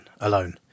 alone